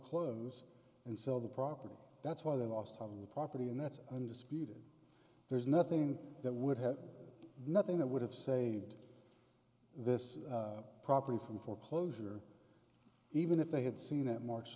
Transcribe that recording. foreclose and sell the property that's why they lost on the property and that's undisputed there's nothing that would have nothing that would have saved this property from foreclosure even if they had seen